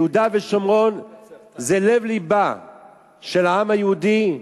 יהודה ושומרון זה לב לבו של העם היהודי,